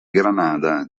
granada